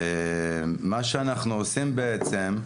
מה שאנחנו עושים בעצם,